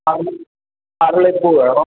അരളിപൂ വേണം